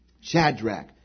Shadrach